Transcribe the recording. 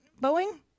Boeing